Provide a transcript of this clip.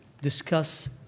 discuss